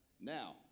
Now